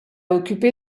occupé